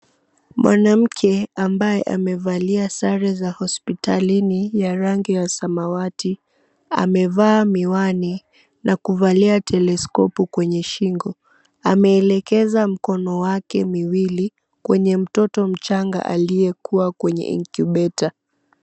Mwanamke ambaye amevalia sare za hospitalini ya rangi ya samawati amevaa miwani na kuvalia stethoskopu kwenye shingo. Ameelekeza mkono wake miwili kwa mtoto mchanga aliyekuwa kwenye incubator .